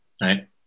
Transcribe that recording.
right